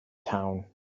town